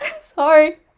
sorry